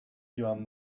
joan